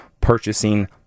purchasing